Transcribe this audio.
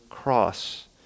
cross